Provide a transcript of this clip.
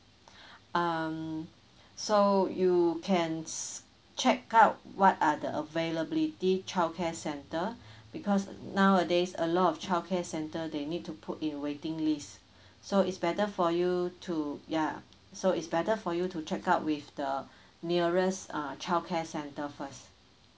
um so you can check out what are the availability childcare center because nowadays a lot of childcare center they need to put in waiting list so is better for you to ya so is better for you to check out with the nearest uh childcare center first